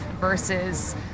versus